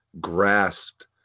grasped